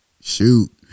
shoot